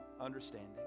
understanding